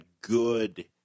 good